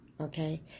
Okay